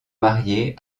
mariée